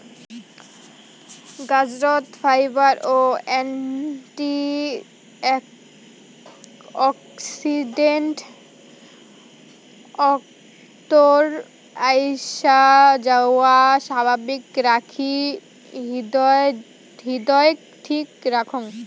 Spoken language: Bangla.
গাজরত ফাইবার ও অ্যান্টি অক্সিডেন্ট অক্তর আইসাযাওয়া স্বাভাবিক রাখি হৃদয়ক ঠিক রাখং